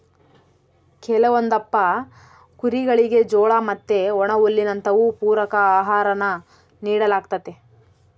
ಕೆಲವೊಂದಪ್ಪ ಕುರಿಗುಳಿಗೆ ಜೋಳ ಮತ್ತೆ ಒಣಹುಲ್ಲಿನಂತವು ಪೂರಕ ಆಹಾರಾನ ನೀಡಲಾಗ್ತತೆ